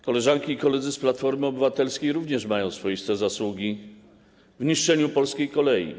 Koleżanki i koledzy z Platformy Obywatelskiej również mają swoiste zasługi w niszczeniu polskiej kolei.